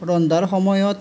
ৰন্ধাৰ সময়ত